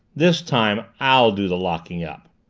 this time i'll do the locking up.